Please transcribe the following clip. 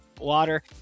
water